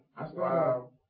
Wow